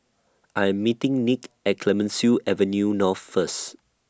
I Am meeting Nick At Clemenceau Avenue North First